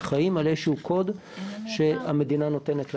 וחיים על איזשהו קוד שהמדינה נותנת להם.